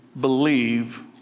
believe